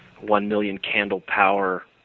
one-million-candle-power